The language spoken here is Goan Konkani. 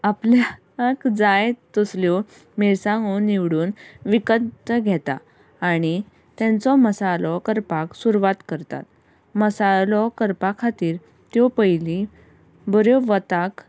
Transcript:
आपल्याक जाय तसल्यो मिरसांगो निवडून विकत घेता आनी तेंचो मसालो करपाक सुरवात करतात मसालो करपा खातीर त्यो पयली बऱ्यो वताक